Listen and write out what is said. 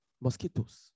Mosquitoes